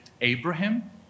Abraham